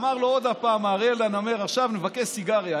אמר עוד פעם האריה לנמר: עכשיו נבקש סיגריה.